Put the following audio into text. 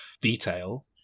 detail